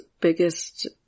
biggest